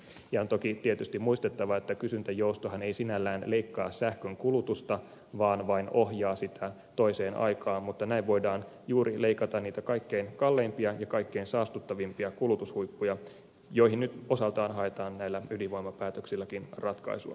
on toki tietysti muistettava että kysyntäjoustohan ei sinällään leikkaa sähkön kulutusta vaan vain ohjaa sitä toiseen aikaan mutta näin voidaan juuri leikata niitä kaikkein kalleimpia ja kaikkein saastuttavimpia kulutushuippuja joihin nyt osaltaan haetaan näillä ydinvoimapäätöksilläkin ratkaisua